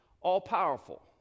all-powerful